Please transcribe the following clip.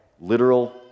Literal